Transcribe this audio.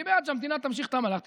אני בעד שהמדינה תמשיך את המהלך,